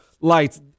lights